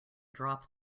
drop